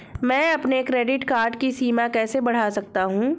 मैं अपने credit card की सीमा कैसे बढ़ा सकता हूँ?